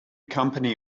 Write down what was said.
company